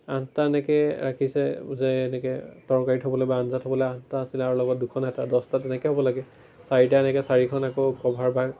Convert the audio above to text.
আঠটা এনেকৈ ৰাখিছে যে এনেকৈ তৰকাৰী থ'বলৈ বা আঞ্জা থ'বলৈ আঠটা আছিলে আৰু লগত দুখন হেতা দহটা এনেকৈ হ'ব লাগে চাৰিটা এনেকৈ চাৰিখন আকৌ ক'ভাৰ বা